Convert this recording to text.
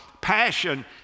Passion